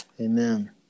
Amen